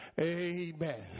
Amen